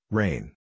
rain